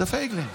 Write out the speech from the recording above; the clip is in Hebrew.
זה פייגלין.